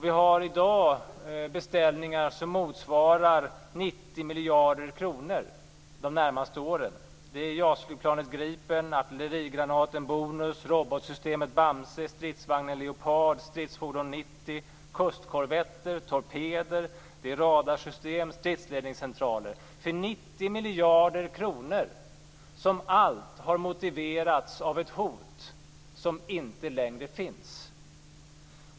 Vi har i dag beställningar som motsvarar 90 miljarder kronor de närmaste åren. Det gäller JAS-flygplanet Gripen, artillerigranaten Bonus, robotsystemet BAMSE, stridsvagnen Leopard, Stridsfordon 90, kustkorvetter, torpeder, radarsystem och stridsledningscentraler för 90 miljarder kronor, som allt har motiverats av ett hot som inte längre finns.